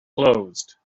closed